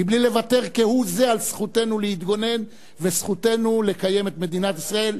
בלי לוותר כהוא-זה על זכותנו להתגונן וזכותנו לקיים את מדינת ישראל.